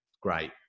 great